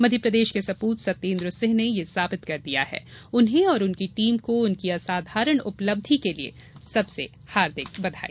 मध्यप्रदेश के सपूत सत्येन्द्र सिंह ने ये साबित कर दिया है उन्हें और उनकी टीम को उनकी असाधारण उपलब्धि के लिये सबसे हार्दिक बधाई